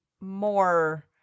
more